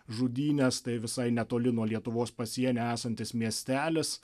žudynės tai visai netoli nuo lietuvos pasienio esantis miestelis